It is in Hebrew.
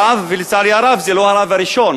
רב, ולצערי הרב זה לא הרב הראשון